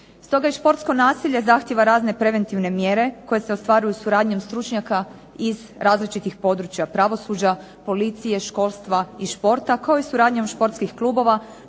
Stoga i športsko nasilje zahtijeva razne preventivne mjere koje se ostvaruju suradnjom stručnjaka iz različitih područja pravosuđa, policije, školstva i športa, kao i suradnjom športskih klubova,